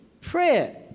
Prayer